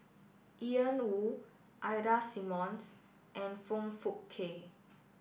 Ian Woo Ida Simmons and Foong Fook Kay